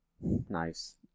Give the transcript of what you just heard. Nice